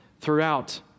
Throughout